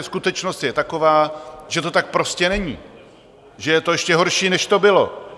Skutečnost je taková, že to tak prostě není, že je to ještě horší, než to bylo.